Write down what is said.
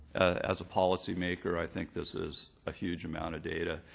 as a policymaker, i think this is a huge amount of data,